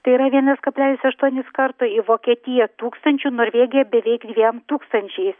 tai yra vienas kablelis aštuonis karto į vokietiją tūkstančiu norvėgiją beveik dviem tūkstančiais